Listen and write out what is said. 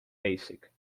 basic